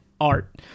art